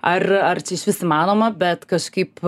ar ar išvis įmanoma bet kažkaip